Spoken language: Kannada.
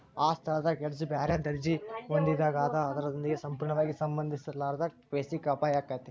ಆ ಸ್ಥಳದಾಗ್ ಹೆಡ್ಜ್ ಬ್ಯಾರೆ ದರ್ಜಿ ಹೊಂದಿದಾಗ್ ಅದ ಆಧಾರದೊಂದಿಗೆ ಸಂಪೂರ್ಣವಾಗಿ ಸಂಬಂಧಿಸಿರ್ಲಿಲ್ಲಾಂದ್ರ ಬೆಸಿಕ್ ಅಪಾಯಾಕ್ಕತಿ